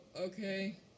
okay